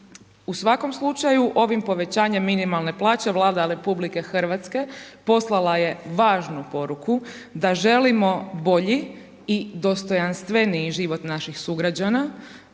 U svakom slučaju ovim povećanjem minimalne plaće Vlada Republike Hrvatske poslala je važnu poruku da želimo bolji i dostojanstveniji život naših sugrađana,